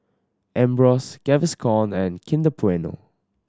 Ambros Gaviscon and Kinder Bueno